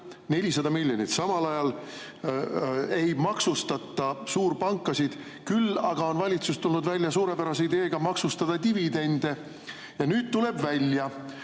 400 miljoni! Samal ajal ei maksustata suurpankasid. Küll aga on valitsus tulnud välja suurepärase ideega maksustada dividende. Nüüd tuleb